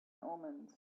omens